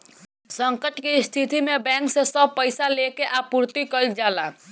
संकट के स्थिति में बैंक से सब पईसा लेके आपूर्ति कईल जाला